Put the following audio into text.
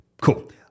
cool